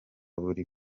buri